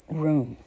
room